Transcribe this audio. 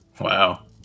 Wow